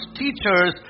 teachers